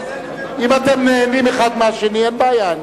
אם אתם נהנים אחד מהשני, אין בעיה.